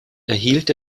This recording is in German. erhielt